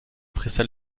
pressa